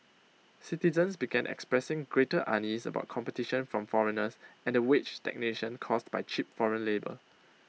citizens began expressing greater unease about competition from foreigners and the wage stagnation caused by cheap foreign labour